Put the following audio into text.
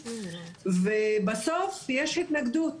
ובסוף יש התנגדות